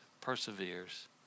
perseveres